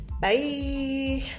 bye